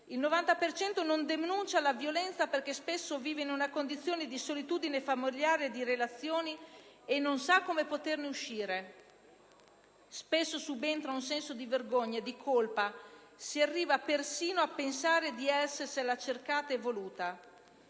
di esse non denuncia la violenza perché spesso vive in una condizione di solitudine familiare e di relazioni e non sa come poterne uscire; spesso subentra un senso di vergogna, di colpa, si arriva persino a pensare di essersela cercata e voluta.